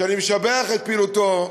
שאני משבח את פעילותו,